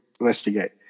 investigate